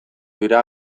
dira